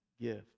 gift